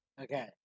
Okay